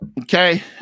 Okay